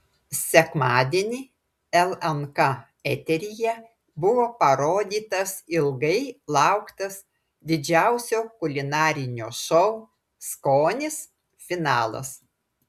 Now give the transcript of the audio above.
sekmadienį lnk eteryje buvo parodytas ilgai lauktas didžiausio kulinarinio šou skonis finalas